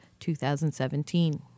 2017